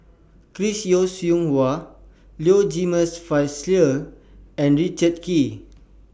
Chris Yeo Siew Hua Low Jimenez Felicia and Richard Kee